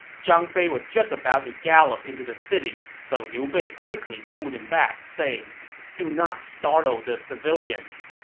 zhang fei was just about to gallop into the city, but liu bei quickly pulled him back, saying do not startle the civilians.